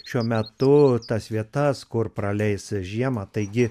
šiuo metu tas vietas kur praleis žiemą taigi